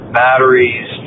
batteries